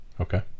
okay